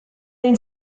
ein